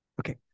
okay